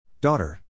Daughter